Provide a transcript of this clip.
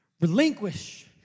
Relinquish